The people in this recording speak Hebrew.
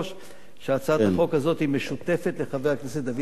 שהצעת החוק הזאת משותפת לחבר הכנסת דוד אזולאי,